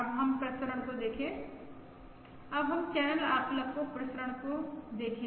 अब हम प्रसरण को देखे अब हम चैनल आकलक की प्रसरण को देखे